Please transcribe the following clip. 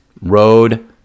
road